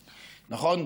נכון?